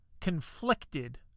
conflicted